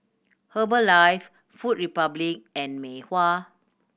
Herbalife Food Republic and Mei Hua